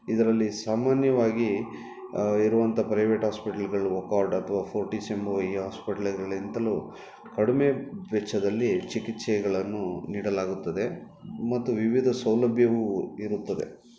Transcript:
ಇದರಲ್ಲಿ ಸಾಮಾನ್ಯವಾಗಿ ಇರುವಂಥ ಪ್ರೈವೇಟ್ ಹಾಸ್ಪಿಟಲ್ಗಳು ವೊಕಾರ್ಡ್ ಅಥವಾ ಫೋರ್ಟೀಸ್ ಎಂಬುವ ಈ ಹಾಸ್ಪಿಟಲ್ಗಳಿಂತಲೂ ಕಡಿಮೆ ವೆಚ್ಚದಲ್ಲಿ ಚಿಕಿತ್ಸೆಗಳನ್ನು ನೀಡಲಾಗುತ್ತದೆ ಮತ್ತು ವಿವಿಧ ಸೌಲಭ್ಯವೂ ಇರುತ್ತದೆ